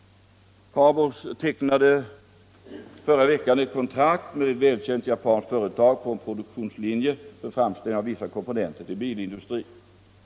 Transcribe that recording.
CARBOX tecknade förra veckan kontrakt med ett välkänt japanskt företag på en produktionslinje som gäller framställning av vissa komponenter till bilar.